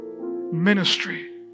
Ministry